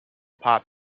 pop